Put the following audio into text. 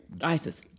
ISIS